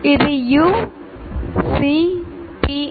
ఇది U C P